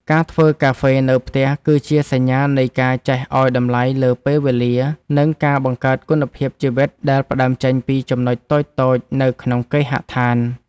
ការធ្វើកាហ្វេនៅផ្ទះ គឺជាសញ្ញានៃការចេះឱ្យតម្លៃលើពេលវេលា និងការបង្កើតគុណភាពជីវិតដែលផ្ដើមចេញពីចំណុចតូចៗនៅក្នុងគេហដ្ឋាន។